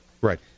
right